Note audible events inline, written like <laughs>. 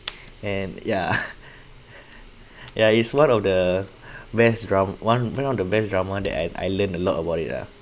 and ya <laughs> ya is one of the best dra~ one one of the best drama that I I learned a lot about it lah